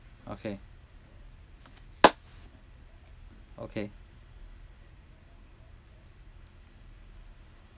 okay okay